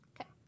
Okay